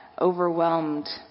overwhelmed